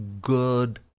good